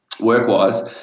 work-wise –